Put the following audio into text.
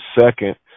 second